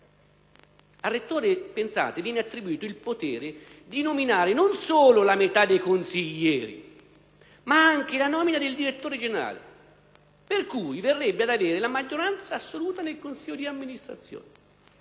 Al rettore, pensate, viene attribuito il potere di nominare non solo la metà dei consiglieri ma anche di nominare il direttore generale, per cui verrebbe ad avere la maggioranza assoluta nel consiglio di amministrazione.